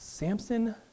Samson